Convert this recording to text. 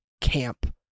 camp